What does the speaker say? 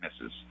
misses